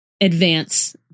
advance